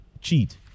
cheat